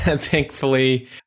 Thankfully